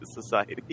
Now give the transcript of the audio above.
society